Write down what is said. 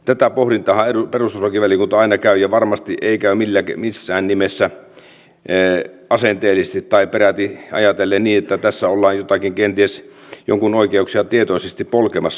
tätä pohdintaahan perustuslakivaliokunta aina käy ja varmasti ei käy missään nimessä asenteellisesti tai peräti ajatellen niin että tässä ollaan kenties jonkun oikeuksia tietoisesti polkemassa